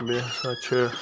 بیٚیہِ ہَسا چھِ